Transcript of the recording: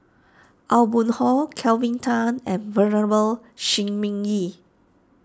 Aw Boon Haw Kelvin Tan and Venerable Shi Ming Yi